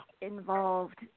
involved